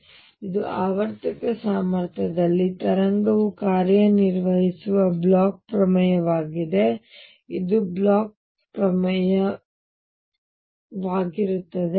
ಆದ್ದರಿಂದ ಇದು ಆವರ್ತಕ ಸಾಮರ್ಥ್ಯದಲ್ಲಿ ತರಂಗವು ಕಾರ್ಯನಿರ್ವಹಿಸುವ ಬ್ಲೋಚ್ ಪ್ರಮೇಯವಾಗಿದೆ ಇದು ಬ್ಲೋಚ್ ಪ್ರಮೇಯವಾಗಿದೆ